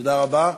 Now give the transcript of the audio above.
תודה רבה.